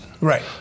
Right